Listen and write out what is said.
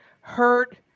hurt